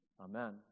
Amen